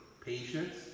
patience